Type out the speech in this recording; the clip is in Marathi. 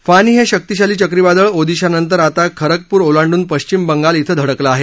फानी हे शक्तिशाली चक्रीवादळ ओदिशानंतर आता खरगपूर ओलांडून पश्चिम बंगाल थिं धडकलं आहे